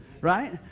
right